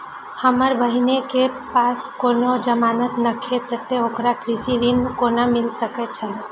हमर बहिन के पास कोनो जमानत नेखे ते ओकरा कृषि ऋण कोना मिल सकेत छला?